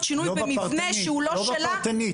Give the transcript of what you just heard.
שינוי במבנה שהוא לא שלה --- לא בפרטני.